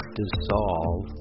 dissolve